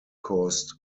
caused